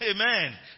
Amen